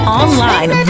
online